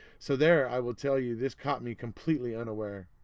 so there, i will tell you this caught me completely unaware.